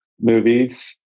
movies